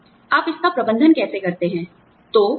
आप इसका प्रबंधन कैसे करते है